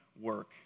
work